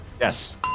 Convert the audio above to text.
Yes